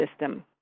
system